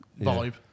vibe